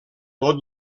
tot